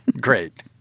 Great